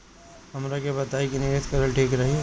हमरा के बताई की निवेश करल ठीक रही?